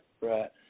Right